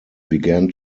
began